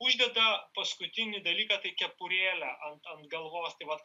uždeda paskutinį dalyką tai kepurėlę ant ant galvos tai vat